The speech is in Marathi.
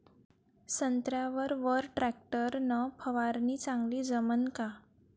संत्र्यावर वर टॅक्टर न फवारनी चांगली जमन का?